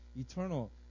eternal